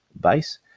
base